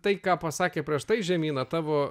tai ką pasakė prieš tai žemyna tavo